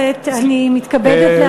אני יודע שלא תשנה את זה,